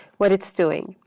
what it's doing.